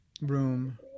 room